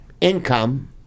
income